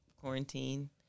Quarantine